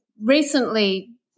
recently